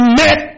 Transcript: met